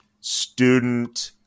student